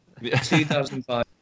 2005